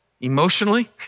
emotionally